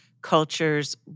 cultures